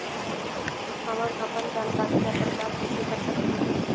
हमन अपन जानकारी ल प्रचार कइसे कर सकथन?